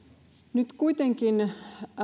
nyt kuitenkin